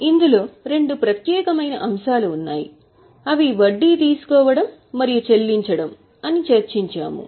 ఇందులో రెండు ప్రత్యేకమైన అంశాలు ఉన్నాయి అవి వడ్డీ తీసుకోవడం మరియు చెల్లించడం అని చర్చించాము